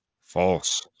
False